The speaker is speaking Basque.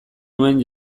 nuen